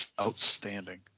Outstanding